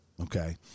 okay